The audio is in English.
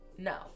No